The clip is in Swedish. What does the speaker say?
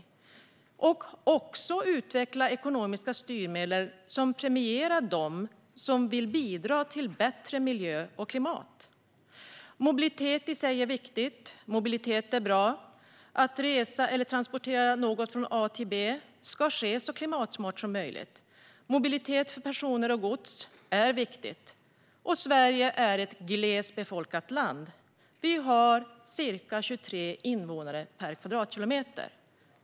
Det gäller också att utveckla ekonomiska styrmedel som premierar dem som vill bidra till bättre miljö och klimat. Mobilitet är i sig viktigt. Mobilitet är bra. Att resa eller transportera något från A till B ska ske så klimatsmart som möjligt. Mobilitet för personer och gods är viktigt. Sverige är ett glest befolkat land - vi har ca 23 invånare per kvadratkilometer.